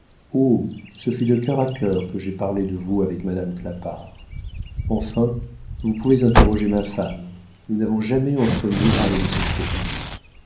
ce fut de cœur à cœur que j'ai parlé de vous avec madame clapart enfin vous pouvez interroger ma femme nous n'avons jamais entre nous parlé de ces choses